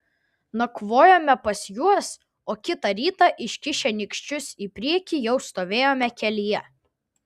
nakvojome pas juos o kitą rytą iškišę nykščius į priekį jau stovėjome kelyje